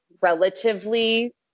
relatively